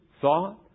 thought